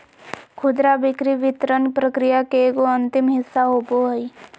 खुदरा बिक्री वितरण प्रक्रिया के एगो अंतिम हिस्सा होबो हइ